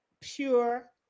pure